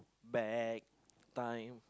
back time